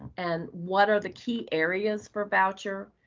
and what are the key areas for voucher.